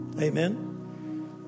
Amen